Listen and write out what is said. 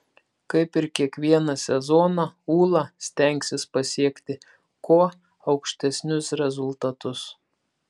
kaip ir kiekvieną sezoną ūla stengsis pasiekti kuo aukštesnius rezultatus